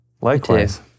likewise